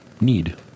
need